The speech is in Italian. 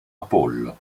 apollo